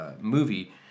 movie